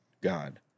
God